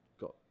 got